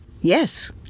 Yes